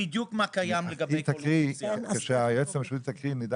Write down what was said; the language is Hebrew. התשפ"ג 2023 תיקון